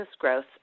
businessgrowth